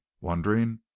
wondering